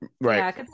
Right